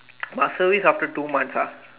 must service after two months ah